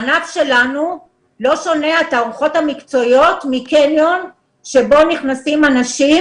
הענף שלנו לא שונה מקניון אליו נכנסים אנשים